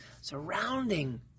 surrounding